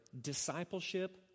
discipleship